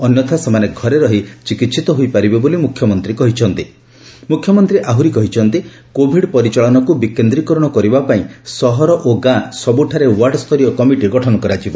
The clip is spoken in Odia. ଅନ୍ୟଥା ସେମାନେ ଘରେ ରହି ଚିକିହିତ ହୋଇପାରିବେ ବୋଲି ମୁଖ୍ୟମନ୍ତୀ କ ମୁଖ୍ୟମନ୍ତୀ ଆହୁରି କହିଛନ୍ତି କୋଭିଡ୍ ପରିଚାଳନାକୁ ବିକେନ୍ଦିକରଣ କରିବା ପାଇଁ ସହର ଓ ଗାଁ ସବୁଠାରେ ଓ୍ୱାର୍ଡ଼ ସ୍ତରୀୟ କମିଟି ଗଠନ କରାଯିବ